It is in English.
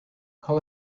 call